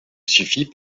suffit